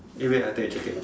eh wait I take the jacket